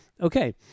Okay